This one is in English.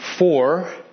Four